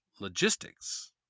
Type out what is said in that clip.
logistics